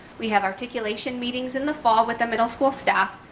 we have articulation meetings in the fall with the middle school staff.